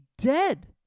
dead